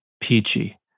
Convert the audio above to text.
peachy